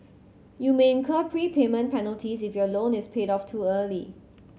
you may incur prepayment penalties if your loan is paid off too early